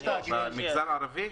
במגזר הערבי?